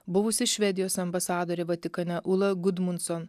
buvusi švedijos ambasadorė vatikane ūla gudmunson